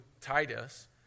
Titus